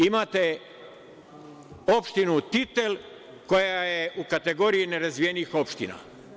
Imate opštinu Titel, koja je u kategoriji nerazvijenih opština.